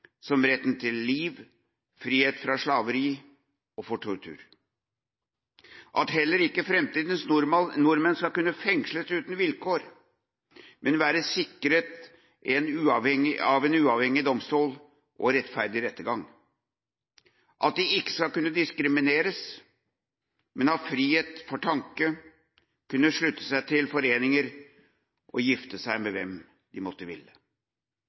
som retten til liv og frihet fra slaveri og tortur, for at heller ikke framtidas nordmenn skal kunne fengsles uten vilkår, men være sikret en uavhengig domstol og rettferdig rettergang, for at de ikke skal diskrimineres, men ha frihet for tanke, kunne slutte seg til foreninger og gifte seg med hvem de